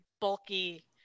bulky